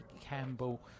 Campbell